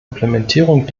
implementierung